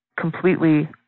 completely